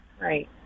Right